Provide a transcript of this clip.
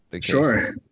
Sure